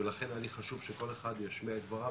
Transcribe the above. ולכן היה לי חשוב שכל אחד ישמיע את דבריו.